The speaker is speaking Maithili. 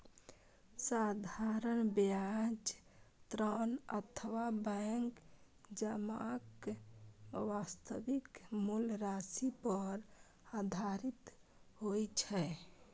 साधारण ब्याज ऋण अथवा बैंक जमाक वास्तविक मूल राशि पर आधारित होइ छै